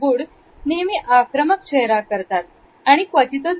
good नेहमी आक्रमक चेहरा करतात आणि क्वचितच